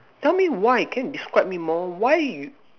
tell me why can describe more why you